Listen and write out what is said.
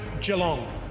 Geelong